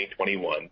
2021